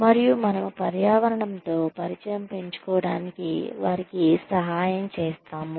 మరియు మనము పర్యావరణంతో పరిచయం పెంచుకోవటానికి వారికి సహాయం చేస్తాము